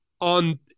on